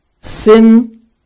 Sin